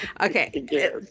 Okay